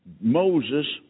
Moses